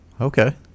Okay